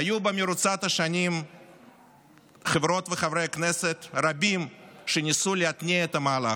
היו במרוצת השנים חברות וחברי כנסת רבים שניסו להתניע את המהלך,